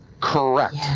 Correct